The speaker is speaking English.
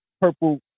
purple